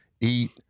eat